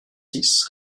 six